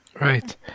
Right